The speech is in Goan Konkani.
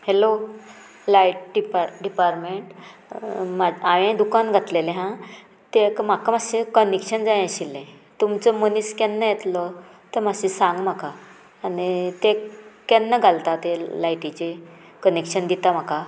हॅलो लायट डिपा डिपार्मेंट म्हा हांयें दुकान घातलेलें आहा तेका म्हाका मातशें कनेक्शन जाय आशिल्लें तुमचो मनीस केन्ना येतलो तें मातशें सांग म्हाका आनी तें केन्ना घालता तें लायटीचें कनेक्शन दिता म्हाका